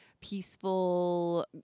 peaceful